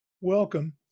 Welcome